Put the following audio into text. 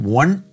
one